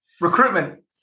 recruitment